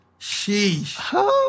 Sheesh